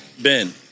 Ben